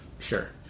Sure